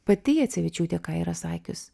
pati jacevičiūtė ką yra sakius